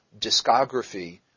discography